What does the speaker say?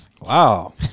Wow